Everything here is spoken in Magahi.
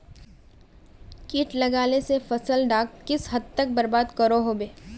किट लगाले से फसल डाक किस हद तक बर्बाद करो होबे?